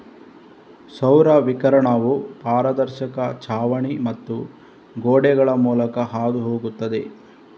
ಸೌರ ವಿಕಿರಣವು ಪಾರದರ್ಶಕ ಛಾವಣಿ ಮತ್ತು ಗೋಡೆಗಳ ಮೂಲಕ ಹಾದು ಹೋಗುತ್ತದೆ